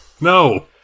No